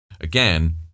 again